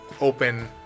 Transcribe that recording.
open